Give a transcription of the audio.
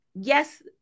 yes